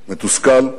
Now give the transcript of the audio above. מתוסכל,